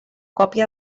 còpia